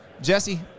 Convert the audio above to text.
Jesse